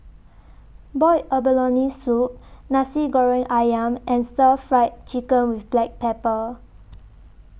boiled abalone Soup Nasi Goreng Ayam and Stir Fried Chicken with Black Pepper